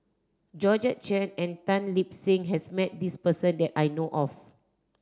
Georgette Chen and Tan Lip Seng has met this person that I know of